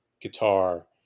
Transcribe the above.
guitar